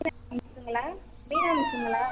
மிஸ்ஸுங்களா Meena மிஸ்ஸுங்களா